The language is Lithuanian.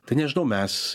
tai nežinau mes